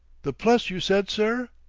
the pless, you said, sir?